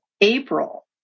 April